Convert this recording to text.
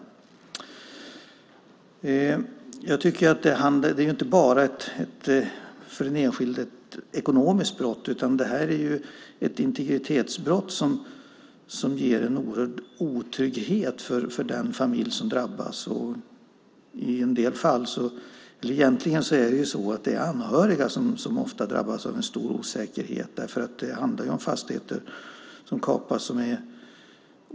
För den enskilde är lagfartskapning inte bara ett ekonomiskt brott utan också ett integritetsbrott som medför en oerhörd otrygghet för den familj som drabbas. Egentligen är det anhöriga som ofta drabbas av en stor osäkerhet. Det är ju obelånade fastigheter som kapas.